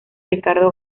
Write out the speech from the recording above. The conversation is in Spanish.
ricardo